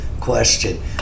question